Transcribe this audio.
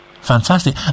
Fantastic